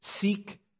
Seek